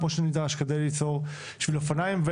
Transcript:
כמו שנדרש כדי ליצור שביל אופניים.